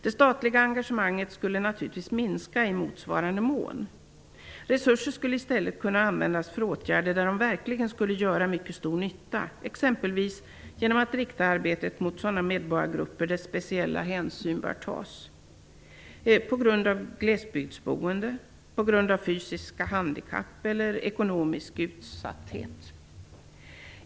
Det statliga engagemanget skulle naturligtvis minska i motsvarande mån. Resurser skulle i stället kunna användas för åtgärder där de verkligen skulle göra mycket stor nytta - exempelvis genom att rikta arbetet mot medborgargrupper beträffande vilka speciella hänsyn bör tas - på grund av glesbygdsboende, fysiska handikapp eller ekonomisk utsatthet.